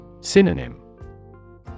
Synonym